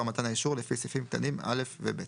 מתן האישור לפי סעיפים קטנים (א) ו-(ב).